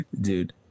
dude